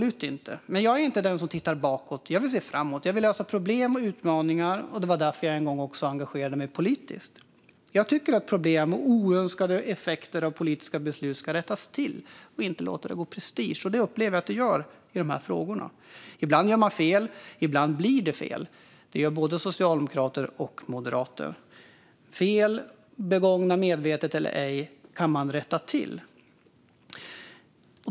Men jag är inte den som tittar bakåt. Jag vill se framåt. Jag vill lösa problem och ta itu med utmaningar. Det var också därför som jag en gång engagerade mig politiskt. Jag tycker att problem och oönskade effekter av politiska beslut ska rättas till och att man inte ska låta det gå prestige i det, vilket jag upplever att det gör i dessa frågor. Ibland gör man fel, och ibland blir det fel. Både socialdemokrater och moderater gör fel. Fel begångna medvetet eller ej kan man rätta till.